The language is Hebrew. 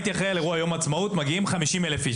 הייתי אחראי על אירוע יום העצמאות ומגיעים 50,000 איש.